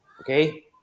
Okay